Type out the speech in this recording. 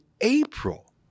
April